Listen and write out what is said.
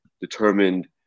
determined